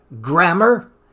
grammar